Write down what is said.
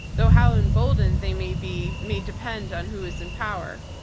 though how emboldened they may be may depend on who is in power.